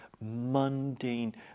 mundane